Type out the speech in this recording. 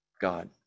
God